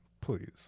please